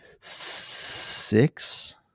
six